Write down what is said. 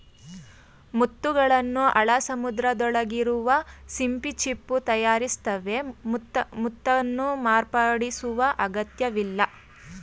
ಮುತ್ತುಗಳನ್ನು ಆಳ ಸಮುದ್ರದೊಳಗಿರುವ ಸಿಂಪಿ ಚಿಪ್ಪು ತಯಾರಿಸ್ತವೆ ಮುತ್ತನ್ನು ಮಾರ್ಪಡಿಸುವ ಅಗತ್ಯವಿಲ್ಲ